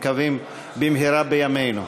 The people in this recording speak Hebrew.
מקווים במהרה בימינו.